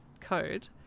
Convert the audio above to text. code